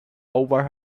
over